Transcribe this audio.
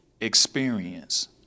experience